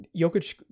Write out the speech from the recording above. Jokic